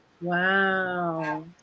Wow